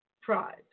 pride